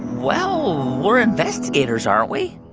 well, we're investigators, aren't we?